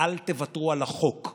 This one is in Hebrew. ואל תוותרו על החוק.